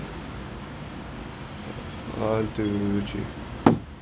one two three